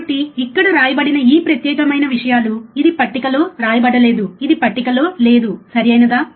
కాబట్టి ఇక్కడ వ్రాయబడిన ఈ ప్రత్యేకమైన విషయాలు ఇది పట్టికలో వ్రాయబడలేదు ఇది పట్టికలో లేదు సరియైనదా